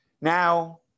Now